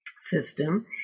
system